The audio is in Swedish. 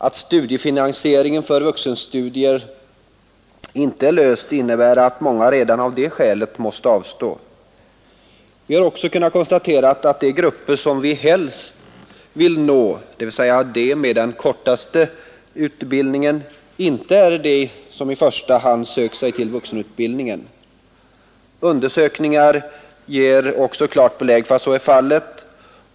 Att studiefinansieringen för vuxenstudierna inte är löst innebär att många redan av det skälet måste avstå. Vi har också kunnat konstatera att de grupper som vi helst vill nå, dvs. de med den kortaste utbildningen, inte är de människor som i första hand har sökt sig till vuxenutbildningen. Undersökningar ger klart belägg för att så är fallet.